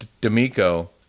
D'Amico